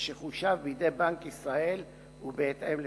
ושחושב בידי בנק ישראל ובהתאם לפרסומיו.